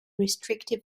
restrictive